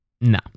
no